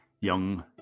young